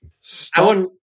stop